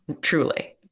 truly